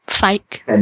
fake